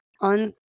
on